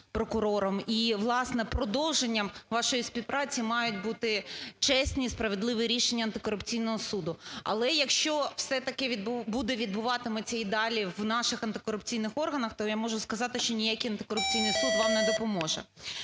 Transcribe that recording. І власне продовженням вашої співпраці мають бути чесні і справедливі рішення Антикорупційного суду. Але якщо все так і буде відбуватися і далі в наших антикорупційних органах, то я можу сказати, що ніякий Антикорупційний суд вам не допоможе.